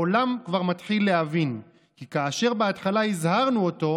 העולם כבר מתחיל להבין כי כאשר בהתחלה הזהרנו אותו,